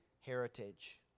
heritage